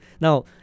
now